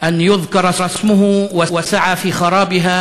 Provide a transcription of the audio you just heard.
אלוהים ומונעים את הזכרת שמו בהם,